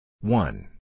One